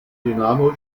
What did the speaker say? dynamo